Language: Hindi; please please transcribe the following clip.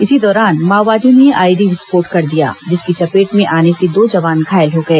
इसी दौरान माओवादियों ने आईईडी विस्फोट कर दिया जिसकी चपेट में आने से दो जवान घायल हो गए